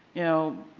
you know,